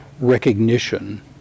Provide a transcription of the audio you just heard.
recognition